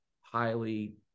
highly